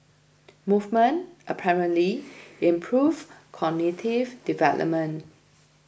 movement apparently improve cognitive development